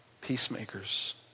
peacemakers